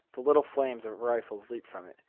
the little flames of rifles leaped from it.